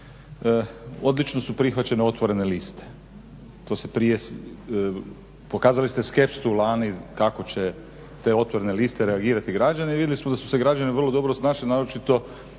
odlično su prihvaćene otvorene liste, to se prije, pokazali ste skepsu lani kako će na te otvorene liste reagirati građani i vidjeli smo da su se građani vrlo dobro snašli naročito